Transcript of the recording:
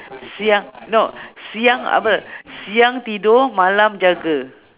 siang no siang apa siang tidur malam jaga